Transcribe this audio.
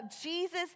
Jesus